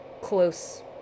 close